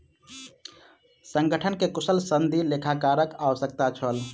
संगठन के कुशल सनदी लेखाकारक आवश्यकता छल